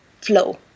flow